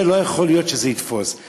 לא יכול להיות שזה יתפוס,